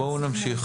בואו נמשיך,